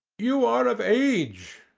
you are of age,